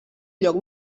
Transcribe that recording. lloc